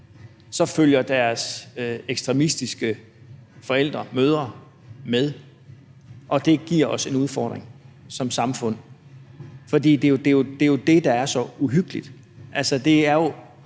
så følger deres ekstremistiske forældre, deres mødre, med, og at det giver os en udfordring som samfund? For det er det, der er så uhyggeligt;